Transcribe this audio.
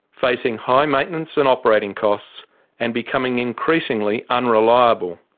facing high maintenance and operating costs and becoming increasingly unreliable.